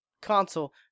console